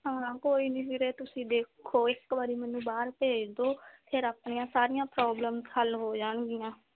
ਹਾਂ ਕੋਈ ਨਾ ਵੀਰੇ ਤੁਸੀਂ ਦੇਖੋ ਇੱਕ ਵਾਰੀ ਮੈਨੂੰ ਬਾਹਰ ਭੇਜ ਦਿਉ ਫੇਰ ਆਪਣੀਆਂ ਸਾਰੀਆਂ ਪ੍ਰੋਬਲਮਸ ਹੱਲ ਹੋ ਜਾਣਗੀਆਂ